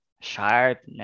sharp